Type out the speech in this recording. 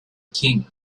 king